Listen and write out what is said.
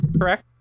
correct